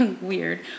weird